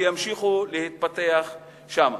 וימשיכו להתפתח שם.